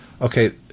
okay